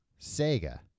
Sega